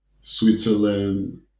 Switzerland